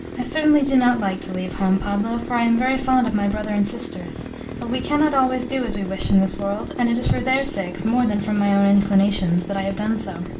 i certainly do not like to leave home, pablo, for i am very fond of my brother and sisters but we can not always do as we wish in this world, and it is for their sakes, more than from my own inclinations, that i have done so.